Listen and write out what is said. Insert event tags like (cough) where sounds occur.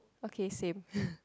okay same (laughs)